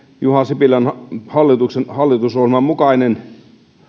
juha sipilän hallitusohjelman mukainen